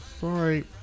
sorry